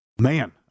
man